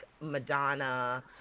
Madonna